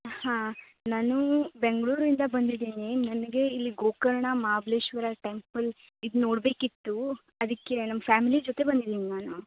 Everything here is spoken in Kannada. ಹಾಂ ನಾನು ಬೆಂಗಳೂರಿಂದ ಬಂದಿದ್ದೀನಿ ನನಗೆ ಇಲ್ಲಿ ಗೋಕರ್ಣ ಮಾಬಲೇಶ್ವರ ಟೆಂಪಲ್ ಇದು ನೋಡಬೇಕಿತ್ತು ಅದಕ್ಕೆ ನಮ್ಮ ಫ್ಯಾಮಿಲಿ ಜೊತೆ ಬಂದಿದೀನಿ ನಾನು